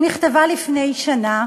שנכתבה לפני שנה.